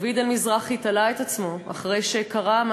דוד-אל מזרחי תלה את עצמו אחרי שקרא מה